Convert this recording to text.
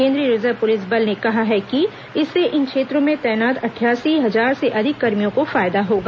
केन्द्रीय reserve police बल ने कहा है कि इससे इन क्षेत्रों में तैनात अठासी हजार से अधिक कर्मियों को फायदा होगा